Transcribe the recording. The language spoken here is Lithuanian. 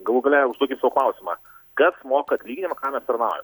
galų gale užduokit sau klausimą kas moka atlyginimą kam mes tranaujam